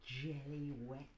jelly-wet